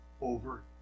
over